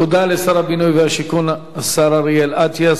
תודה לשר הבינוי והשיכון השר אריאל אטיאס.